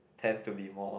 tend to be more